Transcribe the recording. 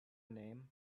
name